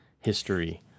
history